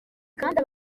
kandi